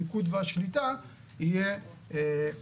פיקוד ושליטה יהיו